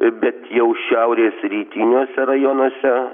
bet jau šiaurės rytiniuose rajonuose